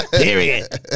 period